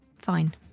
fine